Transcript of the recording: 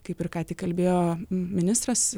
kaip ir ką tik kalbėjo ministras